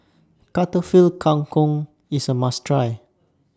Kang Kong IS A must Try